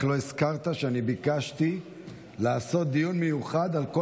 רק לא הזכרת שאני ביקשתי לעשות דיון מיוחד על כל